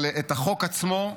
אבל החוק עצמו,